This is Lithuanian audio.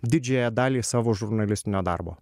didžiąją dalį savo žurnalistinio darbo